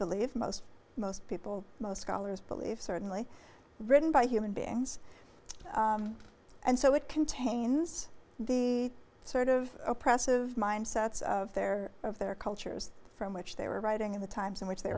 believe most most people most scholars believe certainly written by human beings and so it contains the sort of oppressive mindsets of their of their cultures from which they were writing in the times in which they